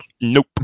Nope